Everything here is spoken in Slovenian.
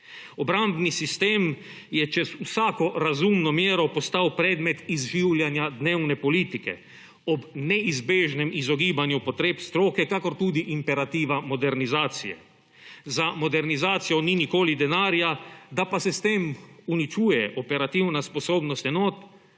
Obrambni sistem je čez vsako razumno mero postal predmet izživljanja dnevne politike, ob neizbežnem izogibanju potreb stroke kakor tudi imperativa modernizacije. Za modernizacijo ni nikoli denarja, da pa se s tem uničuje operativna sposobnost enot,